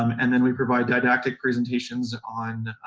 um and then we provide didactic presentations on,